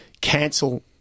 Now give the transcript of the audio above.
cancel